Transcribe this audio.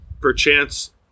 perchance